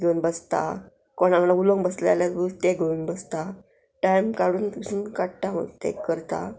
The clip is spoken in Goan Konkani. घेवन बसता कोणाक लागलो उलोवंक बसले जाल्यार ते घेवन बसता टायम काडून पसून काडटा ते करता